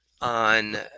on